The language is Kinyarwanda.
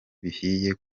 bihiye